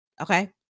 Okay